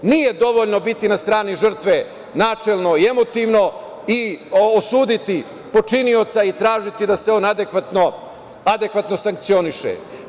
Nije dovoljno biti na strani žrtve, načelno i emotivno, i osuditi počinioca i tražiti da se on adekvatno sankcioniše.